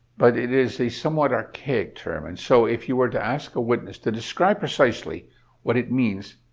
but it is a somewhat archaic term and so if you were to ask a witness to describe precisely what it means,